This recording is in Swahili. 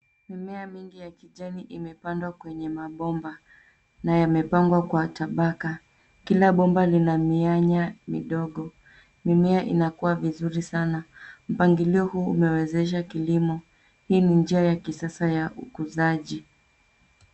Mimea mingi ya kijani imepandwa kwenye mabomba na yamepangwa kwa tabaka. Kila bomba lina mianya midogo. Mimea inakua vizuri sana, mpangilio huu umewezesha kilimo. Hii ni njia ya kisasa ya ukuzaji.